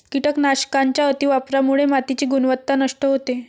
कीटकनाशकांच्या अतिवापरामुळे मातीची गुणवत्ता नष्ट होते